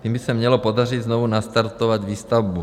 Tím by se mělo podařit znovu nastartovat výstavbu.